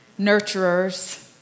nurturers